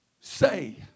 say